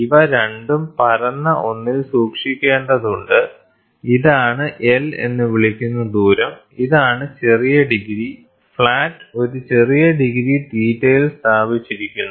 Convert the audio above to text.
ഇവ രണ്ടും പരന്ന ഒന്നിൽ സൂക്ഷിക്കേണ്ടതുണ്ട് ഇതാണ് L എന്ന് വിളിക്കുന്ന ദൂരം ഇതാണ് ചെറിയ ഡിഗ്രി ഫ്ലാറ്റ് ഒരു ചെറിയ ഡിഗ്രി തീറ്റയിൽ സ്ഥാപിച്ചിരിക്കുന്നു